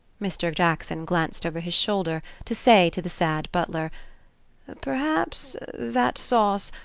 mr. jackson glanced over his shoulder to say to the sad butler perhaps. that sauce.